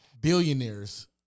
Billionaires